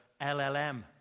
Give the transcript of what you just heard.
LLM